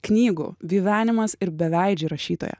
knygų gyvenimas ir beveidžiai rašytoja